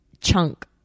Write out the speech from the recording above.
chunk